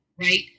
right